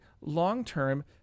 Long-term